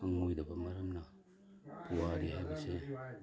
ꯈꯪꯉꯣꯏꯗꯕ ꯃꯔꯝꯅ ꯄꯨꯋꯥꯔꯤ ꯍꯥꯏꯕꯁꯦ